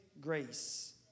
grace